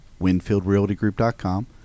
winfieldrealtygroup.com